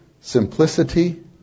simplicity